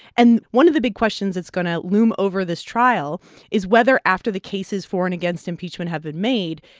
and one of the big questions that's going to loom over this trial is whether, after the cases for and against impeachment have been made,